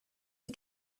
you